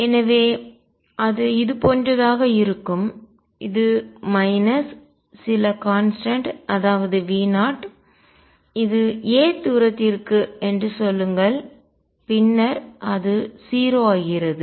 எனவே அது இதுபோன்றதாக இருக்கும் இது மைனஸ் சில கான்ஸ்டன்ட் அதாவது V0 இது a தூரத்திற்குச் என்று சொல்லுங்கள் பின்னர் அது 0 ஆகிறது